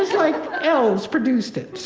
like elves produced it.